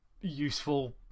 useful